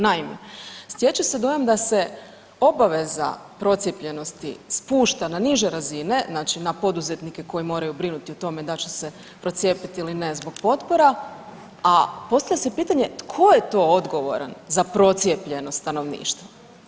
Naime, stječe se dojam da se obaveza procijepljenosti spušta na niže razine, znači na poduzetnike koji moraju brinuti o tome da će se procijepiti ili ne zbog potpora, a postavlja se pitanje tko je to odgovoran za procijepljenost stanovništva?